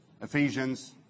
Ephesians